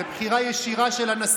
זו בחירה ישירה של הנשיא.